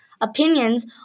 Opinions